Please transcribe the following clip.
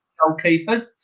goalkeepers